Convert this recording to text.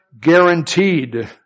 guaranteed